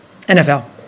NFL